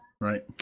right